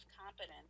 competence